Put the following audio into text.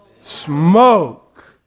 Smoke